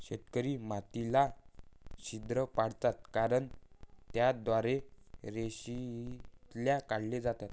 शेतकरी मातीला छिद्र पाडतात कारण ते त्याद्वारे रेषीयरित्या काढले जातात